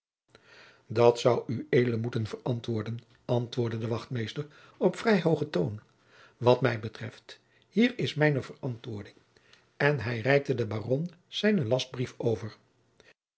dat zoude ued moeten verantwoorden antwoordde de wachtmeester op vrij hoogen toon wat mij betreft hier is mijne verantwoording en hij reikte den baron zijnen lastbrief over